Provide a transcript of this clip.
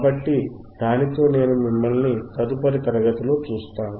కాబట్టి దానితో నేను మిమ్మల్ని తదుపరి తరగతిలో చూస్తాను